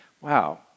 wow